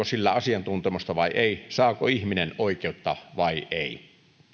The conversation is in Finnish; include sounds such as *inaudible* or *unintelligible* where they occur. *unintelligible* sillä asiantuntemusta vai ei saako ihminen oikeutta vai ei